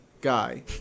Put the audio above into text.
guy